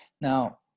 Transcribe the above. Now